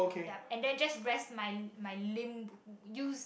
yup and then just rest my my limb use